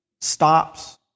stops